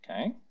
Okay